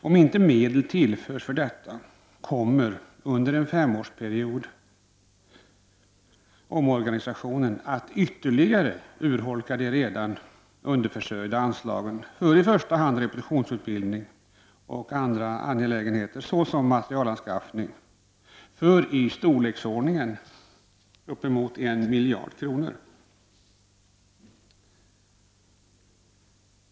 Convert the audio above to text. Om inte medel tillförs för detta, kommer under en femårsperiod omorganisationen att ytterligare urholka de redan underförsörjda anslagen för i första hand repetitionsutbildning och sådana angelägenheter som materielanskaffning för i storleksordningen uppemot 1 miljard kronor.